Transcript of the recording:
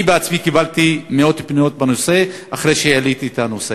אני בעצמי קיבלתי מאות פניות בנושא אחרי שהעליתי את הנושא.